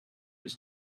its